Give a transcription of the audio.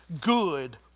good